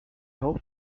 hope